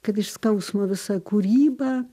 kad iš skausmo visa kūryba